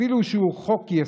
אפילו שהוא חוק-יסוד,